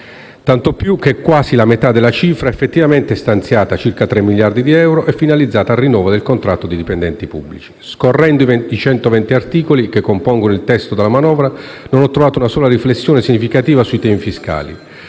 tanto più che quasi la metà della cifra effettivamente stanziata (circa 3 miliardi di euro) è finalizzata al rinnovo del contratto dei dipendenti pubblici. Scorrendo i 120 articoli che compongono il testo della manovra, non ho trovato una sola riflessione significativa sui temi fiscali,